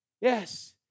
Yes